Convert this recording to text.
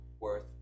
worth